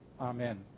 Amen